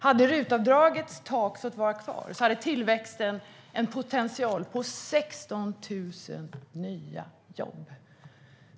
Hade RUT-avdragets tak fått vara kvar hade tillväxten haft en potential på ytterligare 16 000 nya jobb.